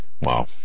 wow